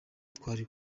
twari